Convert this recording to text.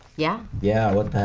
yeah? yeah, what